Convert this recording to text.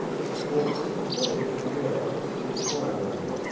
एक स्पोर्ट्स हो एक प्लेयर कितको यें जातोलो